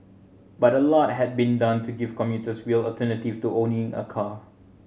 but a lot had been done to give commuters real alternatives to owning a car